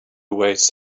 awaits